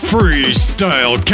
Freestyle